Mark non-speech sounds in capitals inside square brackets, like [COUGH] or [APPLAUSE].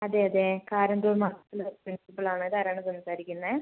അതേ അതേ കാരന്തൂർ [UNINTELLIGIBLE] പ്രിൻസിപ്പൽ ആണ് ഇത് ആരാണ് സംസാരിക്കുന്നത്